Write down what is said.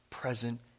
present